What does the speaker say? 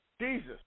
Jesus